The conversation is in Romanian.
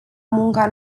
munca